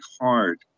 hard